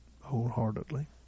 wholeheartedly